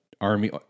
army